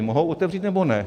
Mohou otevřít, nebo ne?